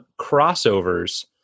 crossovers